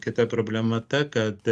kita problema ta kad